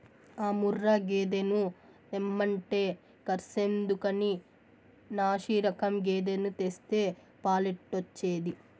ఆ ముర్రా గేదెను తెమ్మంటే కర్సెందుకని నాశిరకం గేదెను తెస్తే పాలెట్టొచ్చేది